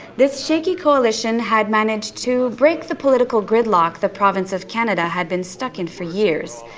this shaky coalition had managed to break the political gridlock the province of canada had been stuck in for years.